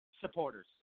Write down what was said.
supporters